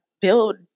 build